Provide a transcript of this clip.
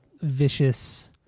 vicious